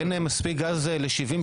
אין מספיק גז ל 70,